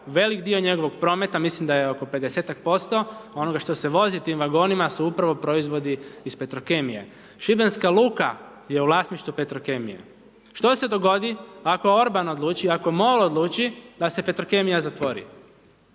velik dio njegovog prometa, mislim da je oko 50-tak posto onoga što se vozi tim vagonima, su upravo proizvodi iz Petrokemije. Šibenska luka je u vlasništvu Petrokemije. Što se dogodi ako Orban odluči, ako Molim vas glasujte odluči da se Petrokemija zatvori?